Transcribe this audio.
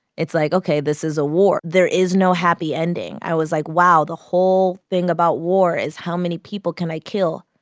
it's like, ok, this is a war. there is no happy ending. i was like, wow, the whole thing about war is, how many people can i kill?